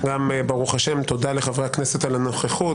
ברוך השם, תודה לחברי הכנסת על הנוכחות.